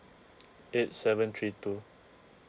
eight seven three two